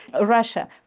Russia